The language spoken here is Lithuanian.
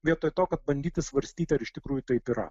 vietoj to kad bandyti svarstyti ar iš tikrųjų taip yra